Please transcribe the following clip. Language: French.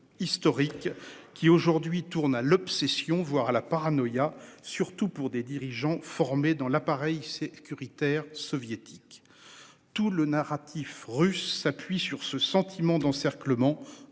historique qui aujourd'hui tourne à l'obsession, voire à la paranoïa, surtout pour des dirigeants formés dans l'appareil sécuritaire soviétique. Tout le narratif russe s'appuie sur ce sentiment d'encerclement